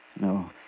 No